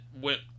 went